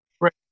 Right